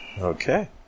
Okay